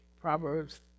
Proverbs